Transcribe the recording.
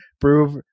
prove